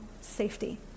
safety